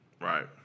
Right